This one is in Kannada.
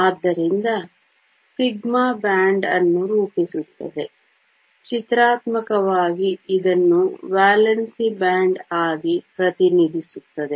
ಆದ್ದರಿಂದ σ ಬ್ಯಾಂಡ್ ಅನ್ನು ರೂಪಿಸುತ್ತದೆ ಚಿತ್ರಾತ್ಮಕವಾಗಿ ಇದನ್ನು ವೇಲೆನ್ಸಿ ಬ್ಯಾಂಡ್ ಆಗಿ ಪ್ರತಿನಿಧಿಸುತ್ತದೆ